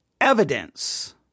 evidence